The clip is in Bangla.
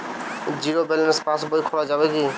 জীরো ব্যালেন্স পাশ বই খোলা যাবে কি?